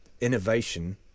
innovation